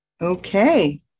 Okay